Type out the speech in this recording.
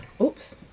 Oops